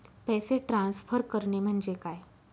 पैसे ट्रान्सफर करणे म्हणजे काय?